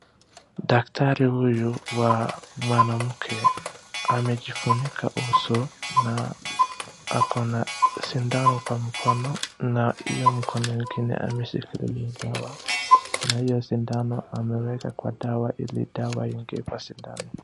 Daktari huyu wa mwanamke amejifunika uso na akona sindano kwa mkono na hyo mkono ingine ameshikilia dawa na hiyo sindano ameweka kwa dawa ili dawa iingie kwa sindano.